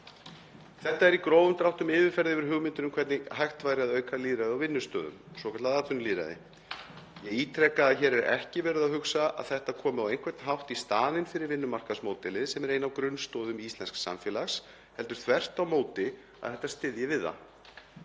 Þetta er í grófum dráttum yfirferð yfir hugmyndir um hvernig hægt væri að auka lýðræði á vinnustöðum, svokallað atvinnulýðræði. Ég ítreka að hér er ekki verið að hugsa að þetta komi á einhvern hátt í staðinn fyrir vinnumarkaðsmódelið sem er ein af grunnstoðum íslensks samfélags heldur þvert á móti að þetta styðji við það.